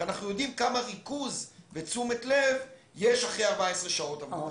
כי אנחנו יודעים כמה ריכוז ותשומת לב יש אחרי 14 שעות עבודה.